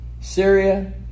Syria